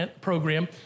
program